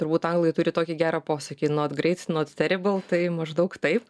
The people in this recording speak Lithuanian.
turbūt anglai turi tokį gerą posakį not greit not teribal tai maždaug taip